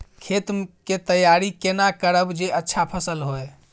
खेत के तैयारी केना करब जे अच्छा फसल होय?